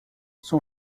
son